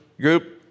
group